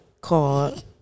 called